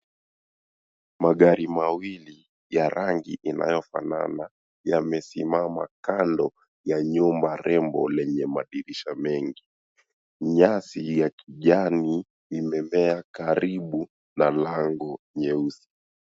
Magari mawili, ya rangi inayofanana yamesimama kando ya nyumba rembo, lenye madirisha mengi. Nyasi ya kijani, imemea karibu na lango nyeusi.